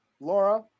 Laura